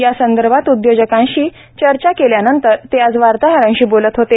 यासंदर्भात उद्योजकांशी चर्चा केल्यानंतर ते आज वार्ताहरांशी बोलत होते